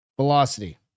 velocity